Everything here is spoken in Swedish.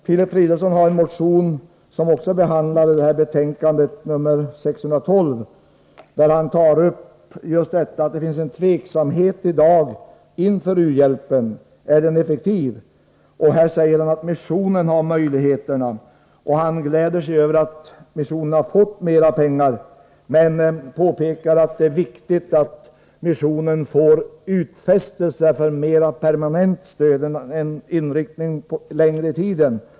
Filip Fridolfsson har i sin motion 612 pekat på att det i dag finns en tveksamhet inför u-hjälpen. Man undrar om den är effektiv. Han säger att missionen har möjligheterna, och han glädjer sig över att missionen har fått mer pengar men påpekar att det är viktigt att missionen får utfästelser om mer permanent stöd med inriktning på längre tid.